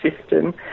system